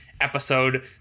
episode